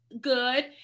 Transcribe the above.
good